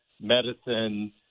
medicine